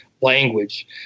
language